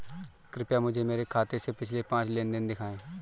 कृपया मुझे मेरे खाते से पिछले पांच लेन देन दिखाएं